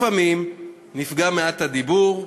לפעמים נפגע מעט הדיבור,